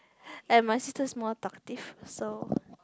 like my sister is more talkative so